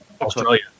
Australia